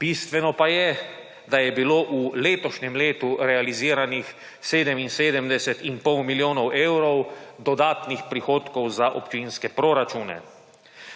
bistveno pa je, da je bilo v letošnjem letu realiziranih 77 in pol milijonov evrov dodatnih prihodkov za občinske proračune.